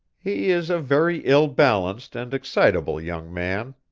he is a very ill-balanced and excitable young man.